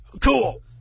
Cool